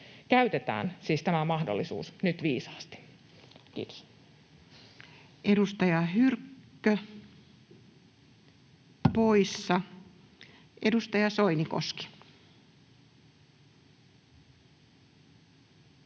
Käytetään siis tämä mahdollisuus nyt viisaasti. — Kiitos. Edustaja Hyrkkö — poissa. Edustaja Soinikoski.